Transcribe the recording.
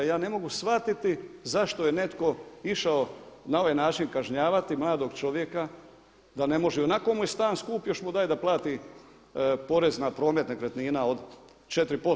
Ja ne mogu shvatiti zašto je netko išao na ovaj način kažnjavati mladog čovjeka da ne može, i onako mu je stan skup još mu daje da plati porez na promet nekretnina od 4%